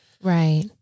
Right